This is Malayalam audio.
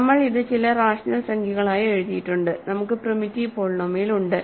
നമ്മൾ ഇത് ചില റാഷണൽ സംഖ്യകളായി എഴുതിയിട്ടുണ്ട് നമുക്ക് പ്രിമിറ്റീവ് പോളിനോമിയൽ ഉണ്ട്